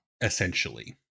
Essentially